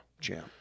Jam